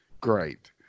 great